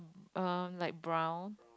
um light brown